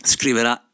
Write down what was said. Scriverà